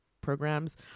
programs